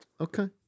okay